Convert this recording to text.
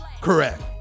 Correct